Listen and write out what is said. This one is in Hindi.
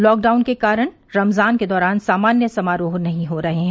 लॉकडाउन के कारण रमजान के दौरान सामान्य समारोह नहीं हो रहे हैं